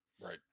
Right